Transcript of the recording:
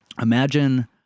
Imagine